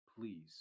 Please